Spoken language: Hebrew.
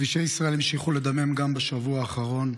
כבישי ישראל המשיכו לדמם גם בשבוע האחרון.